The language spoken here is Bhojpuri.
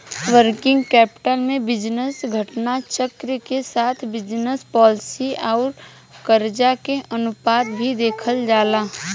वर्किंग कैपिटल में बिजनेस घटना चक्र के साथ बिजनस पॉलिसी आउर करजा के अनुपात भी देखल जाला